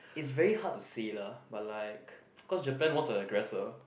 it's very hard to say lah but like cause Japan was a aggressor